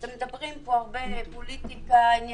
אתם מדברים פה הרבה פוליטיקה, עניינים,